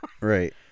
Right